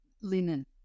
linen